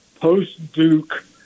post-Duke